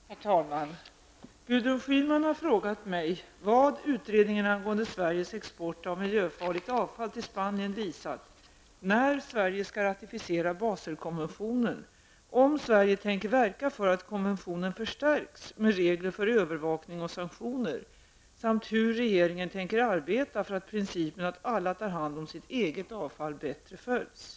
Herr talman! Gudrun Schyman har frågat mig vad utredningen angående Sveriges export av miljöfarligt avfall till Spanien visat, när Sverige skall ratificera Baselkonventionen, om Sverige tänker verka för att konventionen förstärks med regler för övervakning och sanktioner samt hur regeringen tänker arbeta för att principen att alla tar hand om sitt eget avfall bättre följs.